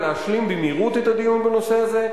להשלים במהירות את הדיון בנושא הזה,